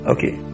Okay